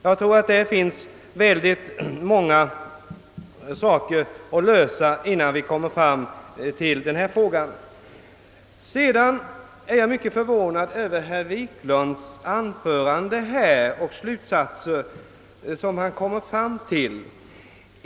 Jag tror att det finns många frågor att lösa innan vi kommer fram till det här spörsmålet. Jag är mycket förvånad över de slutsatser herr Wiklund kom fram till.